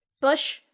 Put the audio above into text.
Bush